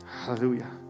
hallelujah